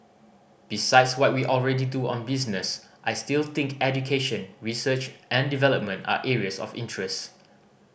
besides what we already do on business I still think education research and development are areas of interest